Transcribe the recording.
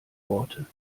worte